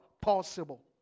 Possible